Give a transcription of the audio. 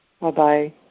Bye-bye